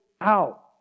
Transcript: out